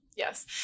Yes